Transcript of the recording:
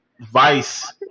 Vice